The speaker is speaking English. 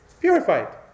purified